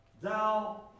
Thou